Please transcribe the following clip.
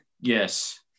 yes